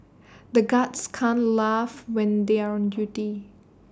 the guards can't laugh when they are on duty